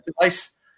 device